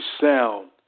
sound